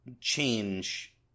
change